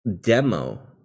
demo